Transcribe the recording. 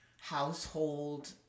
household